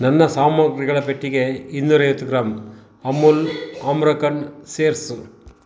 ನನ್ನ ಸಾಮಗ್ರಿಗಳ ಪಟ್ಟಿಗೆ ಇನ್ನೂರೈವತ್ತು ಗ್ರಾಮ್ ಅಮುಲ್ ಆಮ್ರಖಂಡ್ ಸೇರಿಸು